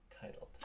titled